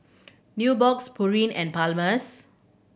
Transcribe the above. Nubox Pureen and Palmer's